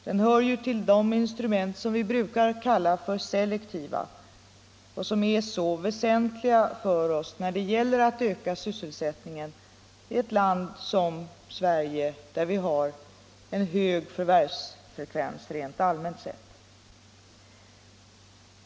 Den hör till de instrument som vi brukar kalla för selektiva och som är väsentliga för oss när det gäller att öka sysselsättningen i ett land som Sverige, där vi har en hög förvärvsfrekvens rent allmänt sett.